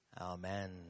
Amen